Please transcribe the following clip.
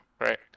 Right